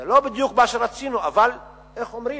זה לא בדיוק מה שרצינו, אבל איך אומרים,